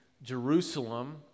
Jerusalem